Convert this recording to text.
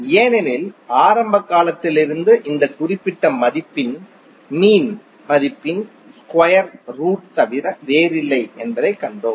ஏனெனில் ஆரம்ப காலத்திலிருந்து இந்த குறிப்பிட்ட மதிப்பு மீன் மதிப்பின் ஸ்கொயரின் ரூட் தவிர வேறில்லை என்பதைக் கண்டோம்